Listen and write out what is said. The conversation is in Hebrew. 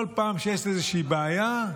כל פעם שיש איזושהי בעיה: